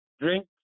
drink